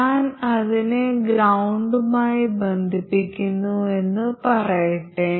ഞാൻ അതിനെ ഗ്രൌണ്ടുമായി ബന്ധിപ്പിക്കുന്നുവെന്ന് പറയട്ടെ